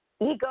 Ego